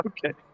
Okay